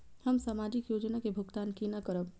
हम सामाजिक योजना के भुगतान केना करब?